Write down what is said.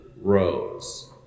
rose